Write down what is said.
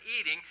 eating